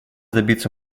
добиться